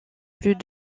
plus